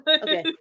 Okay